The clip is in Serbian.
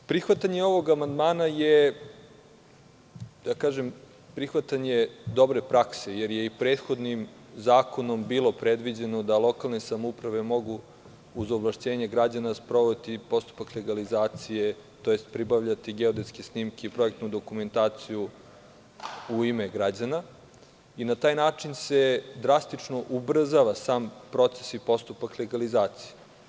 Prihvatanje ovog amandmana je, da kažem, prihvatanje dobre prakse, jer je i prethodnim zakonom bilo predviđeno da lokalne samouprave mogu, uz ovlašćenje građana, sprovoditi postupak legalizacije, tj. pribavljati geodetske snimke, projektnu dokumentaciju u ime građana i na taj način se drastično ubrzava sam proces i postupak legalizacije.